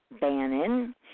Bannon